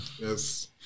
Yes